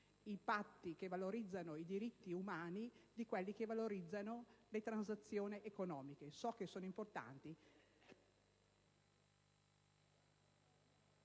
i patti che valorizzano i diritti umani più di quelli che valorizzano le transazioni economiche. So che questi ultimi